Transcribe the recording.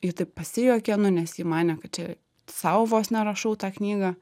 ji taip pasijuokė nu nes ji manė kad čia sau vos ne rašau tą knygą